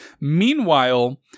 Meanwhile